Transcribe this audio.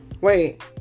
Wait